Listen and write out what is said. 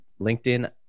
LinkedIn